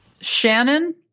Shannon